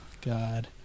God